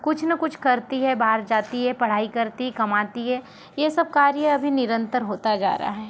कुछ न कुछ करती है बाहर जाती है पढ़ाई करती है कमाती है ये सब कार्य अब निरंतर होता जा रहा है